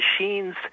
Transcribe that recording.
machines